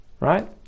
Right